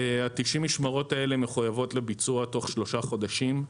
90 המשמרות האלה מחויבות לביצוע בתוך שלושה חודשים.